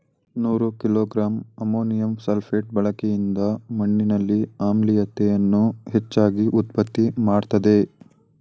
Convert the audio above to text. ನೂರು kilogram ammonium sulphate ಬಳಕೆಯಿಂದ ಮಣ್ಣಿನಲ್ಲಿ ಆಮ್ಲೀಯತೆಯನ್ನು ಹೆಚ್ಚಾಗಿ ಉತ್ಪತ್ತಿ ಮಾಡ್ತದೇ